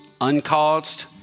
uncaused